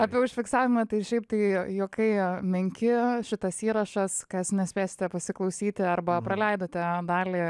apie užfiksavimą tai šiaip tai juokai menki šitas įrašas kas nespėsite pasiklausyti arba praleidote dalį